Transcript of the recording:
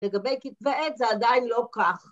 ‫לגבי כתבי עת זה עדיין לא כך.